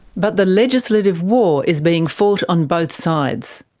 but the legislative war is being fought on both sides.